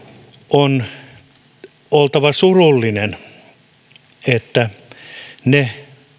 on oltava surullinen siitä että ne